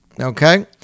okay